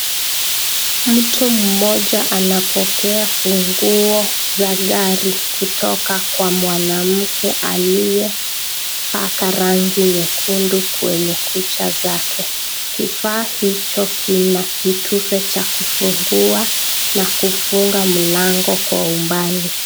Mtu mmoja anapokea funguo za gari kutoka kwa mwanamke aliyepaka rangi nyekundu kwenye kucha zake ,kifaa hicho kina kitufe cha kufungua na kufunga mlango kwa umbali.